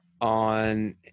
on